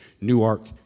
Newark